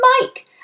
Mike